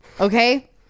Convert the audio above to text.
Okay